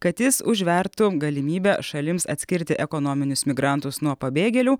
kad jis užvertų galimybę šalims atskirti ekonominius migrantus nuo pabėgėlių